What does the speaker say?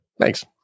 thanks